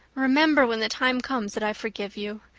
remember when the time comes that i forgive you.